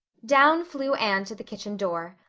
down flew anne to the kitchen door.